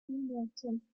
norton